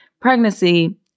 pregnancy